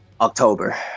October